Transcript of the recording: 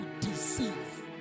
deceive